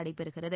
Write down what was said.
நடைபெறுகிறது